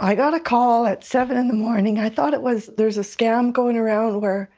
i got a call at seven in the morning. i thought it was, there's a scam going around where